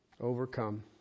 Overcome